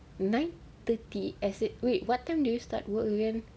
nine thirty as it wait what time do you start work again